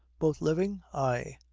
both living ay.